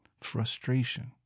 frustration